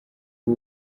b’u